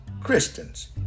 Christians